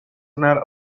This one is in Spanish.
una